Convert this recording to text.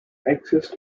exist